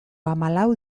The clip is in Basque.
hamalau